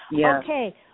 Okay